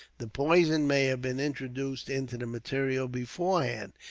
the poison may have been introduced into the materials beforehand.